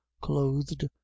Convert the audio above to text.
clothed